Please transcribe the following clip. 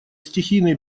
стихийные